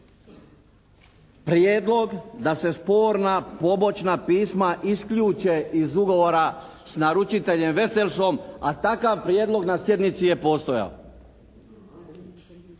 prijedlog da se sporna, pomoćna pisma isključe iz ugovora s naručiteljem Resersom, a takav prijedlog na sjednici je postojao.